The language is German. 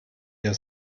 ihr